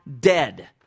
dead